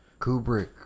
Kubrick